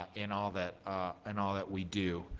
ah in all that and all that we do.